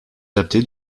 adapté